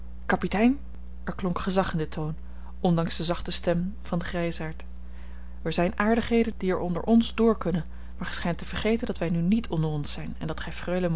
kapitein er klonk gezag in den toon ondanks de zachte stem van den grijsaard er zijn aardigheden die er onder ons door kunnen maar gij schijnt te vergeten dat wij nu niet onder ons zijn en dat